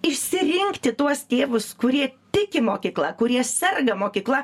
išsirinkti tuos tėvus kurie tiki mokykla kurie serga mokykla